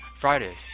Fridays